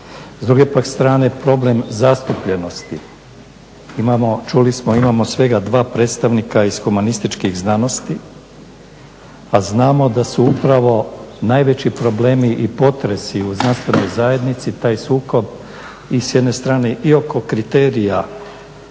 S druge pak strane, problem zastupljenosti. Imamo čuli smo imamo svega dva predstavnika iz humanističkih znanosti a znamo da su upravo najveći problemi i potresi u znanstvenoj zajednici taj sukob i s jedne strane i oko kriterija